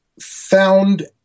found